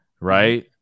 right